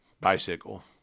bicycle